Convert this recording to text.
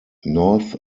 north